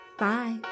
Bye